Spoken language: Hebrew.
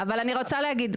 נכון, אבל אני רוצה להגיד.